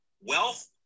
wealth